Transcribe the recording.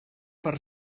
per